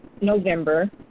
November